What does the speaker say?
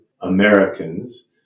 Americans